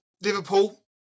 Liverpool